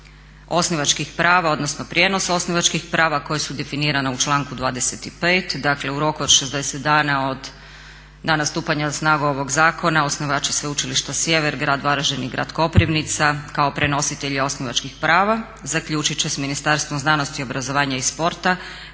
osnivačkih prava, odnosno prijenosa osnivačkih prava koja su definirana u članku 25. Dakle u roku od 60 dana od dana stupanja na snagu ovog zakona osnivački Sveučilišta Sjever, grad Varaždin i grad Koprivnica kao prenositelji osnivačkih prava zaključit će s Ministarstvom znanosti, obrazovanja i sporta